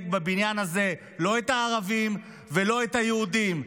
בבניין הזה לא את הערבים ולא את היהודים,